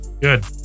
Good